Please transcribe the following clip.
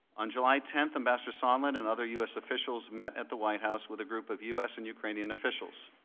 on july tenth, ambassador sondland and other u s. officials met at the white house with a group of u s. and ukrainian officials.